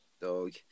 dog